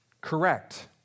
Correct